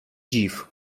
dziw